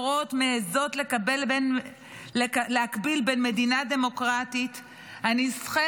נאורות מעיזות להקביל בין מדינה דמוקרטית הנלחמת